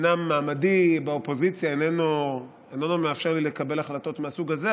אומנם מעמדי באופוזיציה איננו מאפשר לי לקבל החלטות מהסוג הזה,